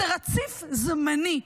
זה רציף זמני,